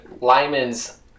Lyman's